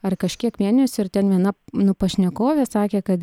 ar kažkiek mėnesių ir ten viena nu pašnekovė sakė kad